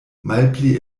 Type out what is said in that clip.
malpli